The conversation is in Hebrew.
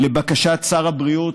לבקשת שר הבריאות,